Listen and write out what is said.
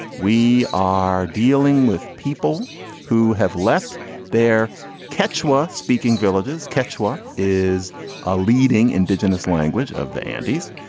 we are dealing with people who have left their catchwords. speaking villages catch what is a leading indigenous language of the andes.